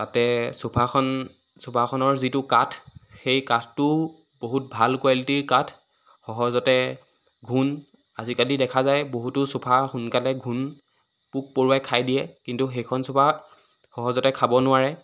তাতে চোফাখন চোফাখনৰ যিটো কাঠ সেই কাঠটোও বহুত ভাল কোৱালিটিৰ কাঠ সহজতে ঘূণ আজিকালি দেখা যায় বহুতো চোফা সোনকালে ঘূণ পোক পৰুৱাই খাই দিয়ে কিন্তু সেইখন চোফা সহজতে খাব নোৱাৰে